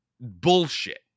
Bullshit